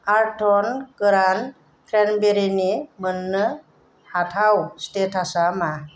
आर्थन गोरान क्रेनबेरिनि मोन्नो हाथाव स्टेटासा मा